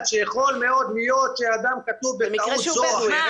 שיכול מאוד להיות שאדם כתוב בטעות זו או אחרת,